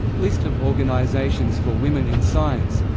list of organizations for women in science